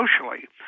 socially